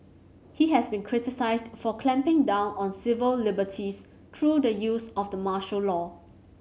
he has been criticised for clamping down on civil liberties through the use of the martial law